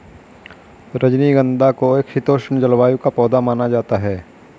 रजनीगंधा को एक शीतोष्ण जलवायु का पौधा माना जाता है